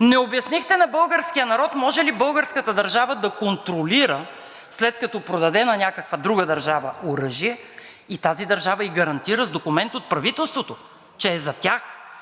Не обяснихте на българския народ може ли българската държава да контролира, след като продаде на някаква друга държава оръжие и тази държава ѝ гарантира с документ от правителството, че е за тях,